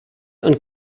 and